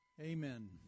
Amen